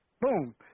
boom